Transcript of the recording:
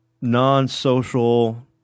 non-social